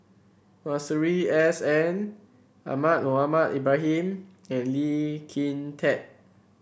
Masuri S N Ahmad Mohamed Ibrahim and Lee Kin Tat